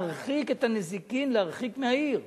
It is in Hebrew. להרחיק את הנזיקין, להרחיק מהעיר.